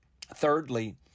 Thirdly